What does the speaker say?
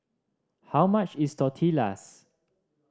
how much is Tortillas